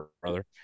brother